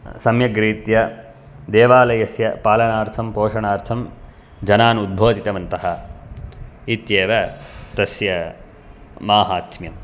सम्यग्रीत्या देवालयस्य पालनार्थं पोषणार्थं जनान् उद्बोधितवन्तः इत्येव तस्य माहात्म्यम्